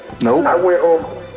Nope